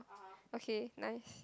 okay nice